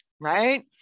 Right